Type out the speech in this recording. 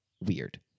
weird